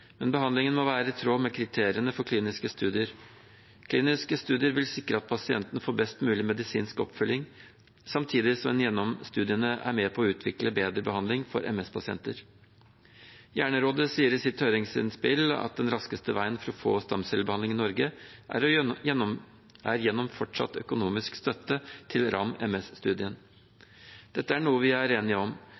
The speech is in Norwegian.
Men behandlingen må være i tråd med kriteriene for kliniske studier. Kliniske studier vil sikre at pasientene får best mulig medisinsk oppfølging, samtidig som en gjennom studiene er med på å utvikle bedre behandling for MS-pasienter. Hjernerådet sier i sitt høringsinnspill at den raskeste veien til å få stamcellebehandling i Norge er gjennom fortsatt økonomisk støtte til RAM-MS-studien. Dette er noe vi er enige om.